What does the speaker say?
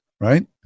right